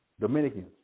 Dominicans